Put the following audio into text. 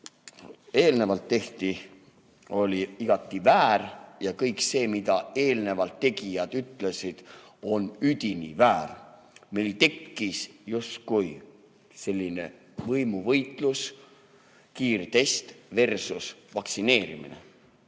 eelnevalt tehti, oli igati väär, ja kõik see, mida eelnevalt tegijad ütlesid, on üdini väär. Meil tekkis justkui selline võimuvõitlus: kiirtestversusvaktsineerimine.